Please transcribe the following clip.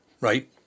right